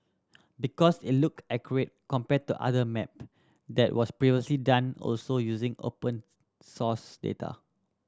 because it look accurate compared to another map that was previously done also using open source data